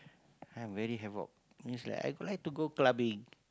I'm very havoc means like I like to go clubbing